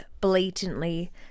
blatantly